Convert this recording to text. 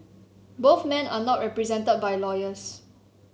both men are not represented by lawyers